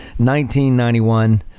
1991